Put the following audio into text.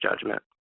judgment